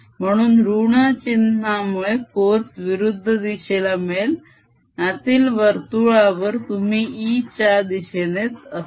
म्हणून ऋण चिन्हामुळे फोर्स विरुद्ध दिशेला मिळेल आतील वर्तुळावर तुम्ही E च्या दिशेनेच असाल